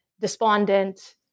despondent